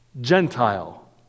Gentile